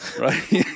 Right